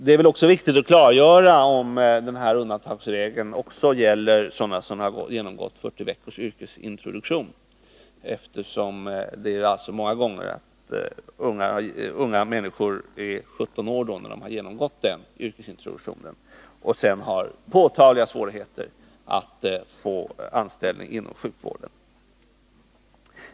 Det är också viktigt att klargöra om undantagsregeln också gäller dem som genomgått 40 veckors yrkesintroduktion, eftersom många unga människor är 17 år då de har genomgått den och då har påtagliga svårigheter att få anställning inom sjukvården.